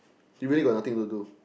he really got nothing to do